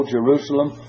Jerusalem